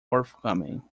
forthcoming